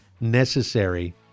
necessary